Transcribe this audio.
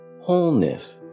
Wholeness